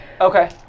Okay